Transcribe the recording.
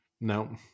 No